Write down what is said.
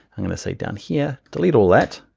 i'm gonna say down here, delete all that.